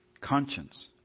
conscience